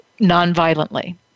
nonviolently